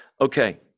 Okay